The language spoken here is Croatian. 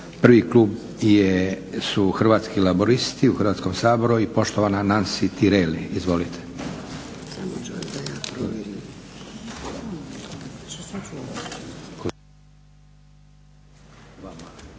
Prvi klub su Hrvatski laburisti u Hrvatskom saboru i poštovana Nansi Tireli. Izvolite.